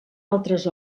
altres